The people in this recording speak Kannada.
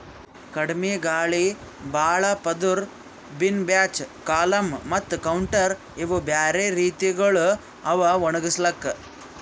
ಕಡಿಮಿ ಗಾಳಿ, ಭಾಳ ಪದುರ್, ಬಿನ್ ಬ್ಯಾಚ್, ಕಾಲಮ್ ಮತ್ತ ಕೌಂಟರ್ ಇವು ಬ್ಯಾರೆ ರೀತಿಗೊಳ್ ಅವಾ ಒಣುಗುಸ್ಲುಕ್